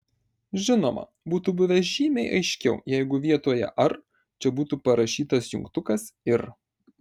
žinoma būtų buvę žymiai aiškiau jeigu vietoje ar čia būtų parašytas jungtukas ir